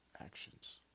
actions